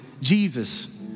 Jesus